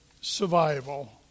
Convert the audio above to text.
survival